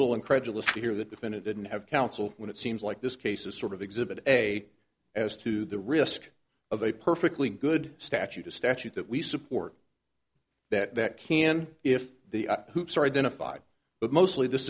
little incredulous to hear the defendant didn't have counsel when it seems like this case is sort of exhibit a as to the risk of a perfectly good statute a statute that we support that that can if the hoops are identified but